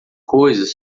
coisas